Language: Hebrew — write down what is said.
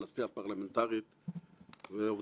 זה אכן רגע מרגש, רגע מכונן